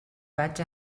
vaig